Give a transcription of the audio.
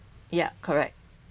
yeah correct